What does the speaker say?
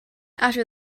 after